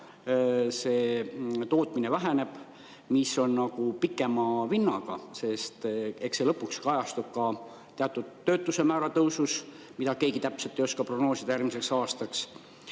tootmine väheneb. See on nagu pikema vinnaga, sest see lõpuks kajastub ka teatud töötuse määra tõusus, mida keegi täpselt ei oska prognoosida järgmiseks aastaks.